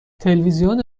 تلویزیون